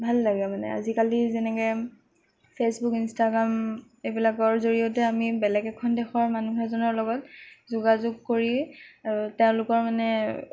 ভাল লাগে মানে আজিকালি যেনেকৈ ফেচবুক ইনষ্টাগ্ৰাম এইবিলাকৰ জৰিয়তেও আমি বেলেগ এখন দেশৰ মানুহ এজনৰ লগত যোগাযোগ কৰি আৰু তেওঁলোকৰ মানে